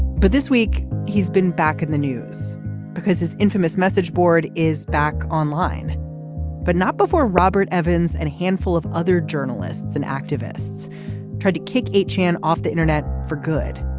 but this week he's been back in the news because his infamous message board is back online but not before robert evans and a handful of other journalists and activists tried to kick each man off the internet for good.